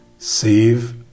Save